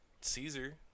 Caesar